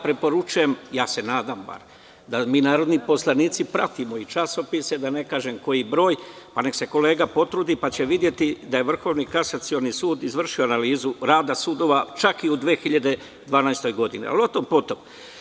Preporučujem, nadam se da mi narodni poslanici pratimo časopise, da ne kažemo koji broj, pa neka se kolega potrudi, pa će videti da je Vrhovni kasacioni sud izvršio analizu rada sudova, čak i u 2012. godini, ali o tom potom.